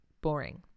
boring